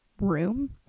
room